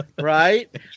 Right